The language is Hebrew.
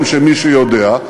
ואני אומר לכם שמי שיודע,